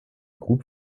groupe